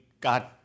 God